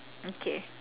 okay